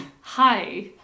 Hi